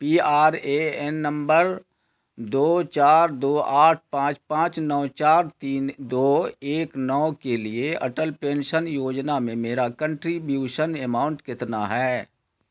P R A N نمبر دو چار دو آٹھ پانچ پانچ نو چار تین دو ایک نو کے لیے اٹل پینشن یوجنا میں میرا کنٹریبیوشن اماؤنٹ کتنا ہے